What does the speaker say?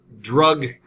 drug